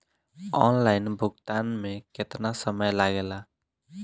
Online भुगतान में केतना समय लागेला?